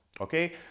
okay